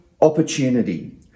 opportunity